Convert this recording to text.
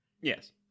Yes